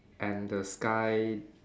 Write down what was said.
and the sky